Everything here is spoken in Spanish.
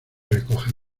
recoge